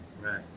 Right